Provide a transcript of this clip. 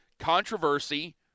controversy